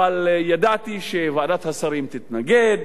אבל ידעתי שוועדת השרים תתנגד,